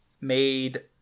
made